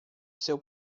seu